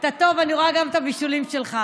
אתה טוב, אני רואה גם את הבישולים שלך.